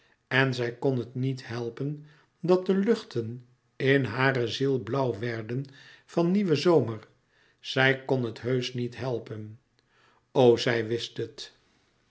en zij kon het niet louis couperus metamorfoze helpen dat de luchten in hare ziel blauw werden van nieuwen zomer zij kon het heusch niet helpen o zij wist het